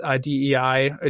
DEI